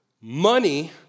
Money